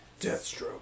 Deathstroke